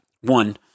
One